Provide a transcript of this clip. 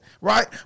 right